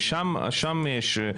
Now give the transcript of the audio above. ושם יש,